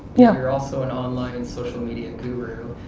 yeah. you're also an online social media guru.